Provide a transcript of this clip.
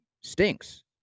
stinks